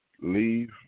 leave